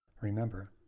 Remember